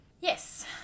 Yes